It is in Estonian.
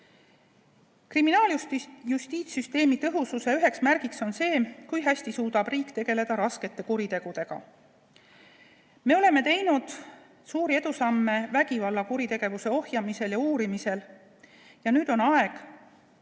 Kriminaaljustiitssüsteemi tõhususe üks märk on see, kui hästi suudab riik tegeleda raskete kuritegudega. Me oleme teinud suuri edusamme vägivallakuritegevuse ohjeldamisel ja uurimisel. Ja nüüd on aeg,